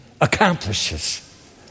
accomplishes